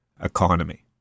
economy